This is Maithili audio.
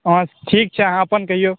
हँ ठीक छै अहाँ अपन कहिऔ